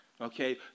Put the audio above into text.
Okay